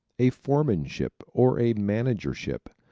a foremanship or a managership.